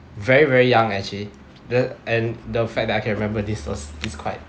very very young actually the and the fact that I can remember this was is quite